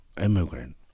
immigrant